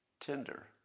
Tinder